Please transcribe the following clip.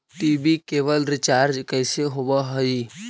TV केवल recharge कैसे होब हइ?